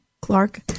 Clark